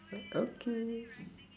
so okay